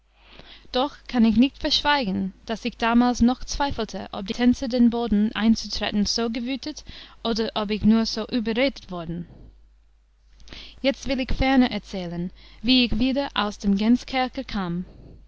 doch kann ich nicht verschweigen daß ich damals noch zweifelte ob die tänzer den boden einzutretten so gewütet oder ob ich nur so überredet worden jetzt will ich ferner erzählen wie ich wieder aus dem gänskerker kam